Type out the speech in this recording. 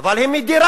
אבל היא מדירה,